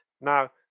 Now